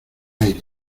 aire